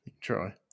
Try